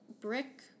brick